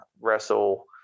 wrestle